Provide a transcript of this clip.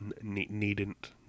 needn't